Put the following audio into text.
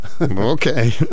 Okay